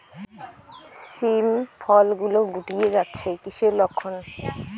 শিম ফল গুলো গুটিয়ে যাচ্ছে কিসের লক্ষন?